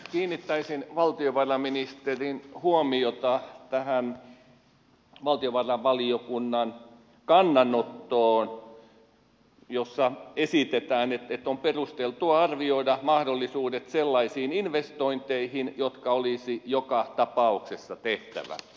kiinnittäisin valtiovarainministerin huomiota tähän valtiovarainvaliokunnan kannanottoon jossa esitetään että on perusteltua arvioida mahdollisuudet sellaisiin investointeihin jotka olisi joka tapauksessa tehtävä